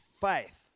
faith